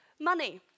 money